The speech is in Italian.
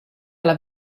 alla